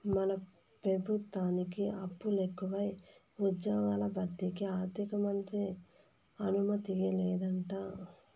మన పెబుత్వానికి అప్పులెకువై ఉజ్జ్యోగాల భర్తీకి ఆర్థికమంత్రి అనుమతియ్యలేదంట